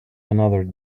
another